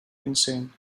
insane